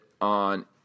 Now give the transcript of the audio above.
on